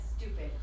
stupid